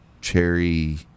cherry